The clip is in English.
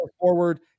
forward